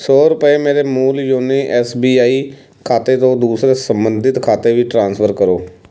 ਸੌ ਰੁਪਏ ਮੇਰੇ ਮੂਲ ਯੋਨੀ ਐਸ ਬੀ ਆਈ ਖਾਤੇ ਤੋਂ ਦੂਸਰੇ ਸੰਬੰਧਿਤ ਖਾਤੇ ਵਿੱਚ ਟ੍ਰਾਂਸਫਰ ਕਰੋ